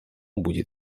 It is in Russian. будет